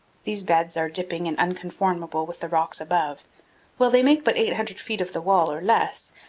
these beds are dipping and unconformable with the rocks above while they make but eight hundred feet of the wall or less,